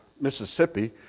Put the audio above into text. Mississippi